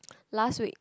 last week